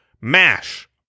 MASH